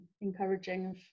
encouraging